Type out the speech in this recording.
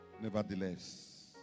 Nevertheless